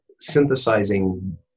synthesizing